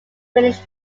finnish